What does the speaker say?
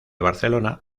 barcelona